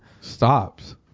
Stops